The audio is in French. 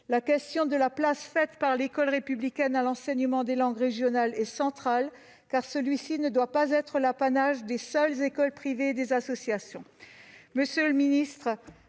La question de la place faite par l'école républicaine à l'enseignement des langues régionales est centrale, car celui-ci ne doit pas être l'apanage des seules écoles privées et des associations.